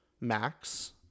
Max